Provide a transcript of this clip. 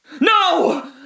No